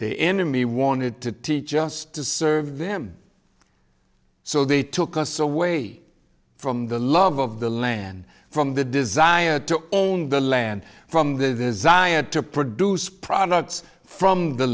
the enemy wanted to teach us to serve them so they took us away from the love of the land from the desire to own the land from the had to produce products from the